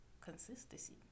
consistency